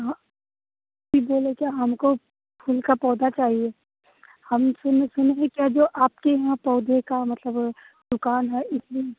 इ बोले क्या हमको फूल का पौधा चाहिए हम सुने सुने है क्या जो आपके यहाँ पौधे का मतलब दुकान है इसलिए